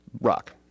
rock